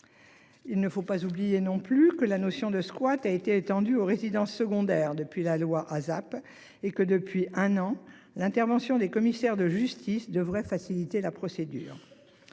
Il ne faut pas oublier non plus que la notion de squat a été étendue aux résidences secondaires depuis la loi ASAP et que depuis un an, l'intervention des commissaires de justice devrait faciliter la procédure.